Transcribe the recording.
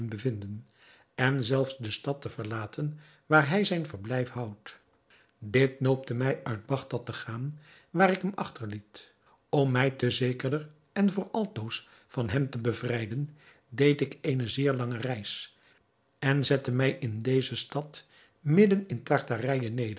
bevinden en zelfs de stad te verlaten waar hij zijn verblijf houdt dit noopte mij uit bagdad te gaan waar ik hem achterliet om mij te zekerder en voor altoos van hem te bevrijden deed ik eene zeer lange reis en zette mij in deze stad midden in tartarijë neder